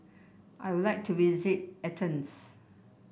I would like to visit Athens